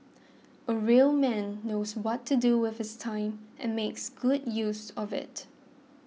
a real man knows what to do with his time and makes good use of it